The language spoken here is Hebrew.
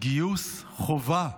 גיוס חובה,